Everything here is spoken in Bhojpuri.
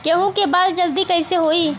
गेहूँ के बाल जल्दी कईसे होई?